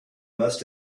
must